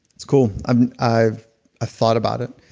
it's cool. i've i've ah thought about it.